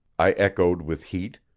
i echoed with heat,